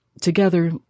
together